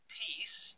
peace